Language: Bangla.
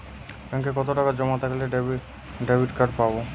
ব্যাঙ্কে কতটাকা জমা থাকলে ডেবিটকার্ড পাব?